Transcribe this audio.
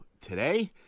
today